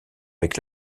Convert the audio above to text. avec